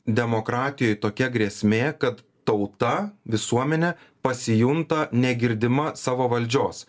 demokratijoj tokia grėsmė kad tauta visuomenė pasijunta negirdima savo valdžios